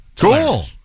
Cool